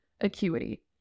acuity